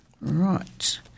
Right